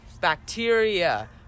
bacteria